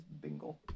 bingle